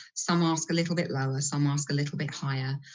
some ask a little bit lower, some ask a little bit higher,